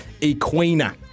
Equina